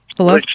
Hello